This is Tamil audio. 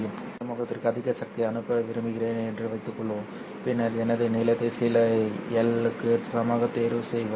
மூன்றாம் துறைமுகத்திற்கு அதிக சக்தியை அனுப்ப விரும்புகிறேன் என்று வைத்துக்கொள்வோம் பின்னர் எனது நீளத்தை சில எல் 1 க்கு சமமாக தேர்வு செய்வேன்